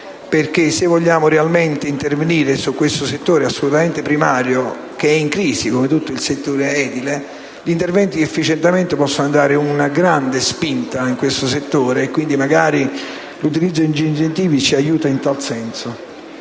se vogliamo realmente intervenire su questo settore assolutamente primario, che è in crisi come tutto il settore edile, gli interventi di efficientamento possono dare una grande spinta in questo settore e, quindi, magari l'utilizzo di incentivi ci può aiutare in tal senso.